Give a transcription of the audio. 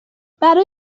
برای